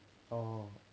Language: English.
oh